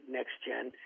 NextGen